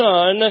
Son